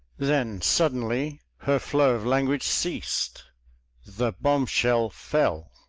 then suddenly her flow of language ceased the bomb-shell fell!